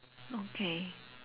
okay